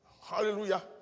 Hallelujah